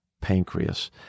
pancreas